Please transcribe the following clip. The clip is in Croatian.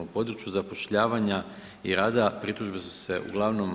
U području zapošljavanja i rada pritužbe su se uglavnom